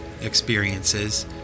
experiences